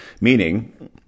Meaning